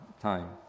time